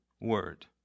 Word